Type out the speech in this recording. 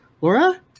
Laura